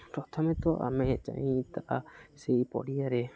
ପ୍ରଥମେ ତ ଆମେ ସେହି ପଡ଼ିଆରେ